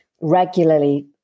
regularly